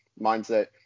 mindset